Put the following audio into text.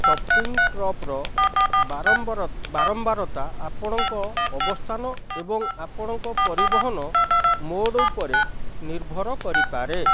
shopping ଟ୍ରିପ୍ର ବାରମ୍ୱାରତା ଆପଣଙ୍କ ଅବସ୍ଥାନ ଏବଂ ଆପଣଙ୍କ ପରିବହନ ମୋଡ଼୍ ଉପରେ ନିର୍ଭର କରିପାରେ